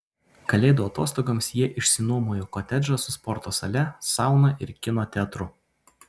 kalėdų atostogoms jie išsinuomojo kotedžą su sporto sale sauna ir kino teatru